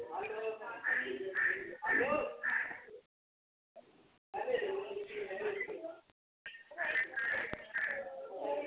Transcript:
अ